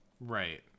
Right